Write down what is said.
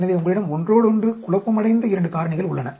எனவே உங்களிடம் ஒன்றோடொன்று குழப்பமடைந்த 2 காரணிகள் உள்ளன